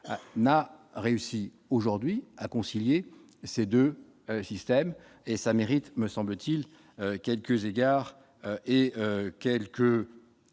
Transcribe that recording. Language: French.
n'a réussi aujourd'hui à concilier ces 2 systèmes et ça mérite me semble-t-il, quelques égards et quelque